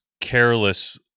careless